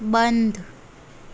બંધ